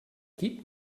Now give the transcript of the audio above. gib